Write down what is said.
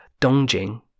Dongjing